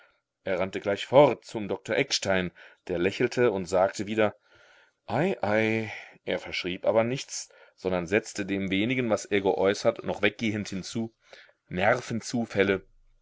er rannte gleich fort zum doktor eckstein der lächelte und sagte wieder ei ei er verschrieb aber nichts sondern setzte dem wenigen was er geäußert noch weggehend hinzu